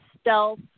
stealth